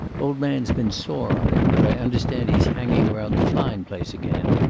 old man's been sore on him, but i understand he's hanging around the klein place again.